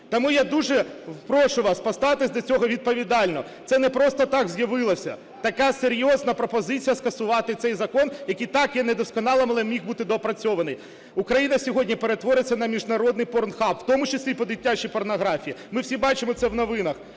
Тому я дуже прошу вас, поставтесь до цього відповідально, це не просто так з'явилося, така серйозна пропозиція скасувати цей закон, який і так є недосконалий, але міг би бути доопрацьований. Україна сьогодні перетвориться на міжнародний порнохаб, в тому числі і по дитячій порнографії. Ми всі бачимо це в новинах.